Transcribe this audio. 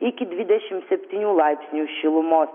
iki dvidešim septynių laipsnių šilumos